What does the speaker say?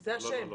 זה השם.